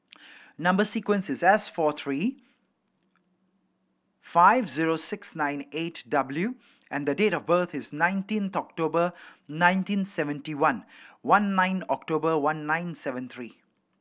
number sequence is S four three five zero six nine eight W and date of birth is nineteenth October nineteen seventy one one nine October one nine seven three